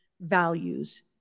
values